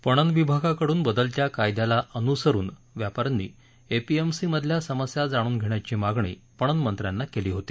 पणन विभागाकडून बदलत्या कायद्याला अनुसरून व्यापाऱ्यांनी एपीएमसी मधील समस्या जाणून घेण्याची मागणी पणन मंत्र्यांना केली होती